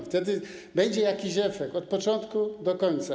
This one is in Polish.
Wtedy będzie jakiś efekt od początku do końca.